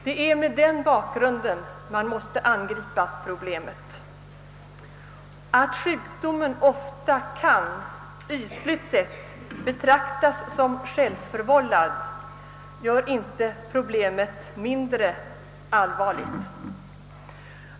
Det är mot den bakgrunden man måste angripa problemet. Att sjukdomen ofta kan, ytligt sett, betraktas som självförvållad gör inte problemet mindre allvarligt.